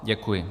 Děkuji.